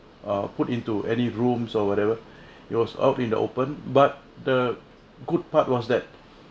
err put into any rooms or whatever it was out in the open but the good part was that